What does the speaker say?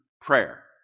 prayer